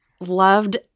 loved